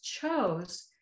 chose